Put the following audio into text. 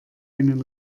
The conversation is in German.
einen